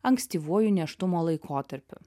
ankstyvuoju nėštumo laikotarpiu